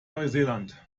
neuseeland